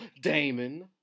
Damon